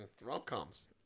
Rom-coms